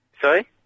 Sorry